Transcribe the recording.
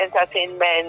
entertainment